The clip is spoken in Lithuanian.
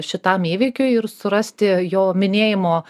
šitam įvykiui ir surasti jo minėjimo